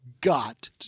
got